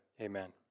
amen